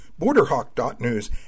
BorderHawk.News